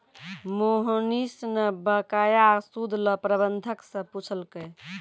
मोहनीश न बकाया सूद ल प्रबंधक स पूछलकै